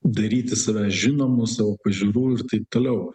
daryti save žinomus savo pažiūrų ir taip toliau